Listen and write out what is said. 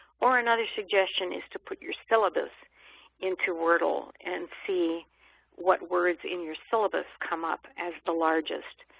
or another suggestion is to put your syllabus into wordle and see what words in your syllabus come up as the largest.